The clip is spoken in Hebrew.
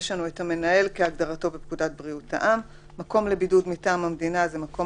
"המנהל" כהגדרתו בפקודת בריאות העם‏; "מקום לבידוד מטעם המדינה" מקום